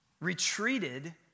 retreated